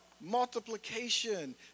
multiplication